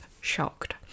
shocked